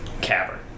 cavern